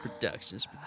productions